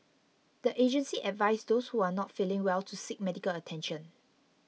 the agency advised those who are not feeling well to seek medical attention